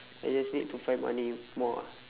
I just need to find money more ah